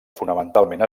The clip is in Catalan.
fonamentalment